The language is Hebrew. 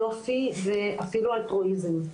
יופי ואפילו אלטרואיזם,